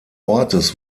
ortes